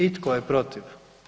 I tko je protiv?